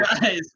Guys